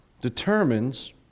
determines